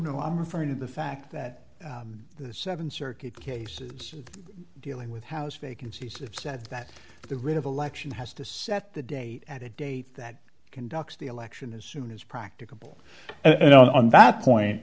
know i'm referring to the fact that the seven circuit cases dealing with house vacancies it's said that the writ of election has to set the date at a date that conducts the election as soon as practicable and on that point